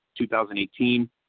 2018